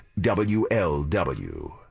WLW